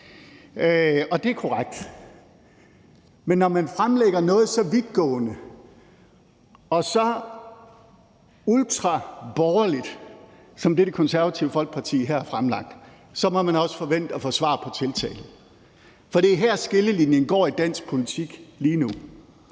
og det er korrekt. Men når man fremlægger noget så vidtgående og så ultraborgerligt som det, Det Konservative Folkeparti her har fremlagt, så må man også forvente at få svar på tiltale. For det er her, skillelinjen går i dansk politik lige nu.